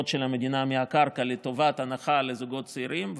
של המדינה מהקרקע לטובת הנחה לזוגות צעירים.